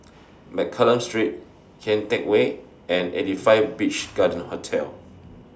Mccallum Street Kian Teck Way and eighty five Beach Garden Hotel